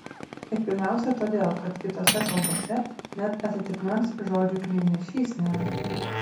ir pirmiausia todėl kad kitose kalbose net atitikmens žodžiui knygnešys nėra